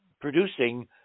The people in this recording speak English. producing